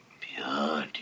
Beautiful